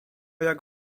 jak